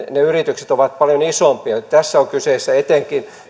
ne yritykset ovat paljon isompia tässä on kyse etenkin